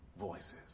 voices